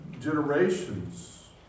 generations